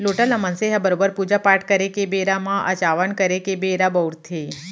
लोटा ल मनसे हर बरोबर पूजा पाट करे के बेरा म अचावन करे के बेरा बउरथे